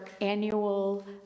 annual